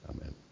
Amen